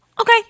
Okay